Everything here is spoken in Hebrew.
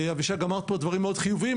אבישג אמרה פה דברים חיוביים מאוד,